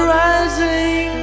rising